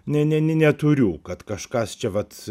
ne ne ne neturiu kad kažkas čia vat